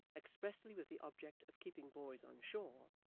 expressly with the object of keeping boys on shore,